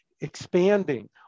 expanding